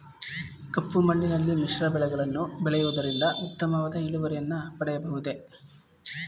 ಕಪ್ಪು ಮಣ್ಣಿನಲ್ಲಿ ಮಿಶ್ರ ಬೆಳೆಗಳನ್ನು ಬೆಳೆಯುವುದರಿಂದ ಉತ್ತಮವಾದ ಇಳುವರಿಯನ್ನು ಪಡೆಯಬಹುದೇ?